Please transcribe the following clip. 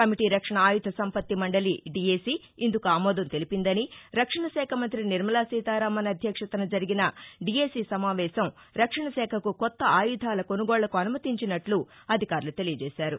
committee రక్షణ ఆయుధ సంపత్తి మండలిడి ఎ సి ఇందుకు ఆమోదం తెలిపిందని రక్షణశాఖ మంత్రి నిర్మలా సీతారామన్ అధ్యక్షతన జరిగిన డి ఎ సి సమావేశం రక్షణ శాఖకు కొత్త ఆయుధాల కొసుగోళ్ళకు అనుమతించినట్లు అధికారులు తెలియజేశారు